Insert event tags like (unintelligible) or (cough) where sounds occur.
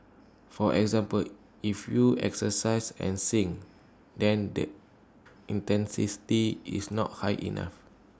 for example if you exercise and sing then the (unintelligible) is not high enough